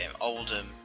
Oldham